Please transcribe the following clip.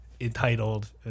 entitled